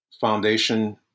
foundation